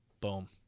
Boom